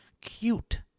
cute